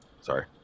Sorry